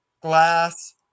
glass